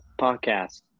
podcast